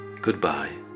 goodbye